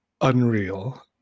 unreal